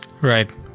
Right